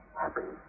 happy